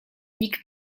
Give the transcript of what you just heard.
nikt